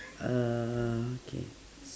err k